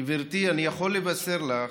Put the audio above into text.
גברתי, אני יכול לבשר לך,